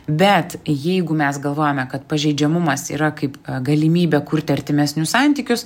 bet jeigu mes galvojame kad pažeidžiamumas yra kaip galimybė kurti artimesnius santykius